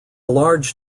large